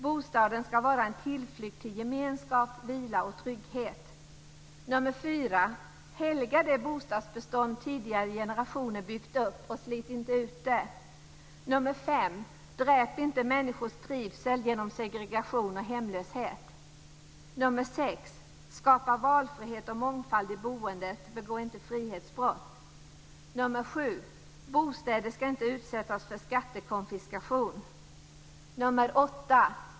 Bostaden ska vara en tillflykt till gemenskap, vila och trygghet. 4. Helga det bostadsbestånd tidigare generationer byggt upp och slit inte ut det. 5. Dräp inte människors trivsel genom segregation och hemlöshet. 6. Skapa valfrihet och mångfald i boendet, begå inte frihetsbrott. 7. Bostäder ska inte utsättas för skattekonfiskation. 8.